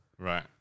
Right